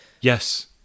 Yes